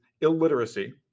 illiteracy